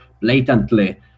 blatantly